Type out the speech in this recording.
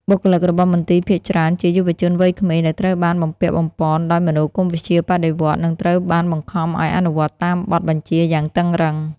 បុគ្គលិករបស់មន្ទីរភាគច្រើនជាយុវជនវ័យក្មេង ដែលត្រូវបានបំពាក់បំប៉នដោយមនោគមវិជ្ជាបដិវត្តន៍ និងត្រូវបានបង្ខំឱ្យអនុវត្តតាមបទបញ្ជាយ៉ាងតឹងរ៉ឹង។